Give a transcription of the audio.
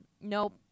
Nope